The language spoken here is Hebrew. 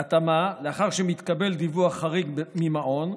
בהתאמה, לאחר שמתקבל דיווח חריג ממעון,